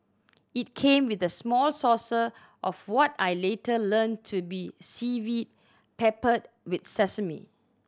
it came with a small saucer of what I later learnt to be seaweed peppered with sesame